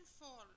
fall